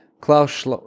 Klaus